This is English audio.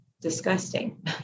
disgusting